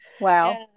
wow